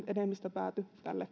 päätyi tälle